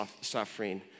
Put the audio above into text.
suffering